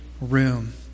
room